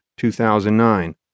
2009